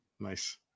Nice